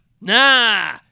Nah